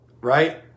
right